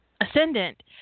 Ascendant